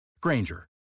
Granger